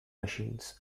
machines